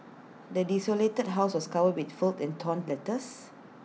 the desolated house was covered with fold and torn letters